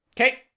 Okay